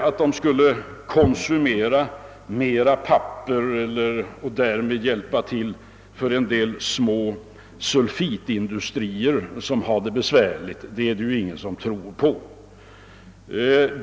Att de skulle konsumera mera papper och därmed hjälpa en del små sulfitindustrier som har det besvärligt, det är det inte heller någon som tror på.